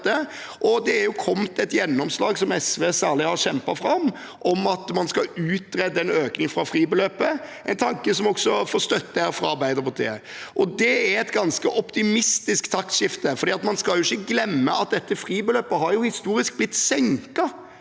Det er også kommet et gjennomslag, som særlig SV har kjempet fram, om at man skal utrede en økning av fribeløpet, og det er en tanke som også får støtte fra Arbeiderpartiet. Det er et ganske optimistisk taktskifte, for man skal ikke glemme at dette fribeløpet historisk sett har blitt senket.